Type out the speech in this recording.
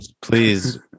Please